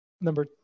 Number